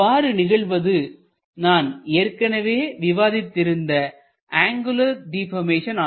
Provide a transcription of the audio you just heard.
இவ்வாறு நிகழ்வது நான் ஏற்கனவே விவாதித்து இருந்த அங்குலர் டிபர்மேசன்